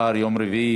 נתקבלה.